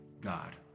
God